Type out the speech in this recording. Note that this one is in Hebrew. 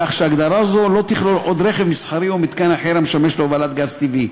כך שהגדרה זו לא תכלול עוד רכב מסחרי או מתקן אחר המשמש להובלת גז טבעי.